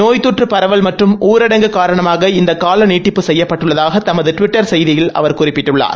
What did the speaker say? நோய் தொற்று பரவல் மற்றும் ஊரடங்கு காரணமாக இந்த கால நீட்டிப்பு செய்யப்ட்டள்ளதாக தமது டுவிட்டர் செய்தியில் அவர் குறிப்பிட்டுள்ளார்